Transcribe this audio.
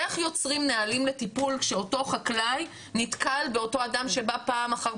איך יוצרים נהלים לטיפול כשאותו חקלאי נתקל באותו אדם שבה פעם אחר